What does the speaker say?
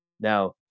Now